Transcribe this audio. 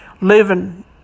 living